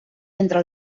entre